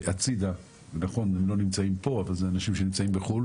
- בחציון הראשון של שנת 2022 היה לנו 9,025 פניות,